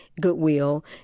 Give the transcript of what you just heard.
goodwill